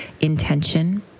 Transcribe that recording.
intention